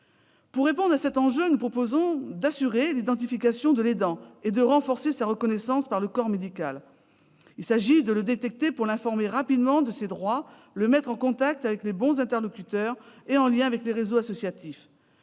Pour répondre à cet enjeu, nous proposons d'assurer l'identification de l'aidant et de renforcer sa reconnaissance par le corps médical. Il s'agit de le détecter pour l'informer rapidement de ses droits, pour le mettre en contact avec les bons interlocuteurs et en lien avec les réseaux associatifs.